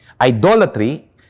Idolatry